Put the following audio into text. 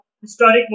historic